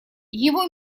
его